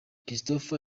christopher